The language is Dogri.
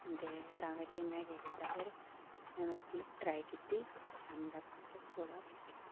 ते तां करियै में केह् कीता फिर में मतलब ट्राई कीती ते मतलब शामीं तक मतलब थोह्ड़ा सिक्खेआ